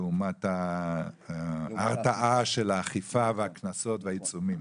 לעומת הרתעה של האכיפה והקנסות והעיצומים,